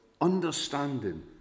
understanding